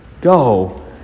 Go